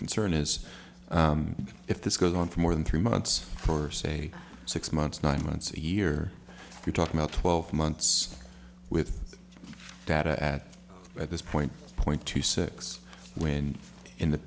concern is if this goes on for more than three months for say six months nine months a year you're talking about twelve months with data at this point point two six when in the